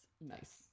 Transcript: Nice